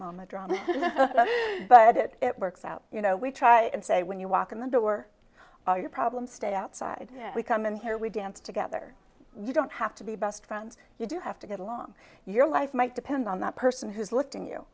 moment drama but it works out you know we try and say when you walk in the door all your problems stay outside we come in here we dance together you don't have to be best friends you do have to get along your life might depend on that person who's looking you